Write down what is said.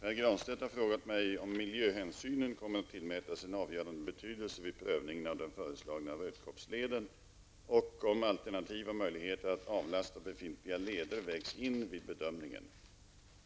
Fru talman! Pär Granstedt har frågat mig om miljöhänsynen kommer att tillmätas en avgörande betydelse vid prövningen av den föreslagna Rödkobbsleden och om alternativa möjligheter att avlasta befintliga leder vägs in vid bedömningen.